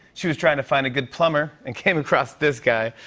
she was trying to find a good plumber and came across this guy.